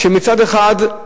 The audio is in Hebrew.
כשמצד אחד,